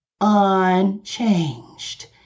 unchanged